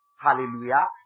Hallelujah